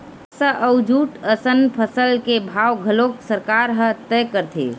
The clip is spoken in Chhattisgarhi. कपसा अउ जूट असन फसल के भाव घलोक सरकार ह तय करथे